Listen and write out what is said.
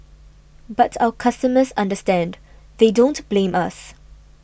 but our customers understand they don't blame us